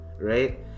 right